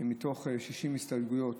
שמתוך 60 הסתייגויות